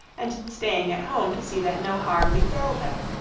and staying at home to see that no harm befell them.